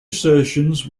assertions